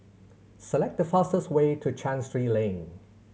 select the fastest way to Chancery Lane